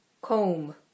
Comb